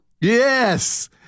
Yes